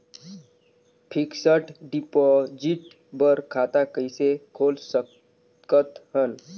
Fixed deposit बर खाता कइसे खोल सकत हन?